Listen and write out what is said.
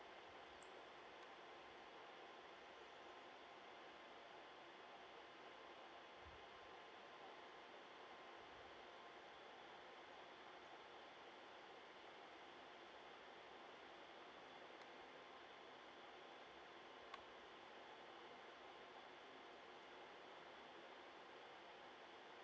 !wow!